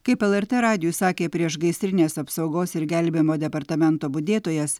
kaip lrt radijui sakė priešgaisrinės apsaugos ir gelbėjimo departamento budėtojas